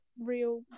real